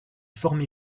formé